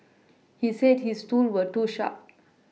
he said his tools were too sharp